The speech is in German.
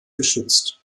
geschützt